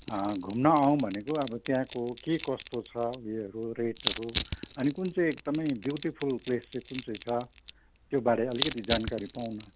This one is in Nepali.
घुम्न आउँ भनेको अब त्यहाँको के कस्तो छ उयोहरू रेटहरू अनि कुन चाहिँ एकदमै ब्युटिफुल प्लेस चाहिँ कुन चाहिँ छ त्योबारे अलिकति जानकारी पाउँ न